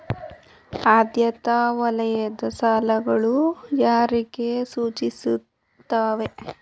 ಆದ್ಯತಾ ವಲಯದ ಸಾಲಗಳು ಯಾರಿಗೆ ಸೂಚಿಸುತ್ತವೆ?